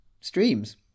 streams